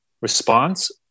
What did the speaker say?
response